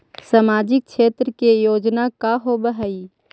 सामाजिक क्षेत्र के योजना का होव हइ?